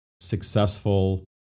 successful